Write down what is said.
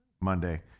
Monday